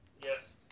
Yes